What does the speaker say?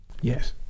Yes